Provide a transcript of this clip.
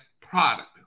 product